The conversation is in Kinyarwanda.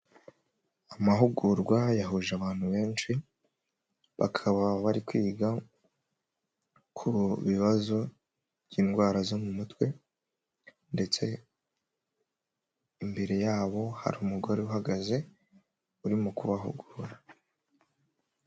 Amahugurwa yahuje abantu benshi bakaba bari kwiga ku bibazo by'indwara zo mu mutwe ndetse imbere yabo hari umugore uhagaze uri mu kubahugura.